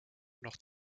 noch